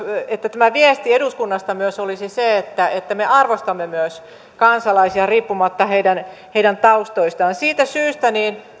että tämä viesti eduskunnasta myös olisi se että että me arvostamme myös kansalaisia riippumatta heidän heidän taustoistaan siitä syystä